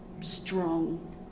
strong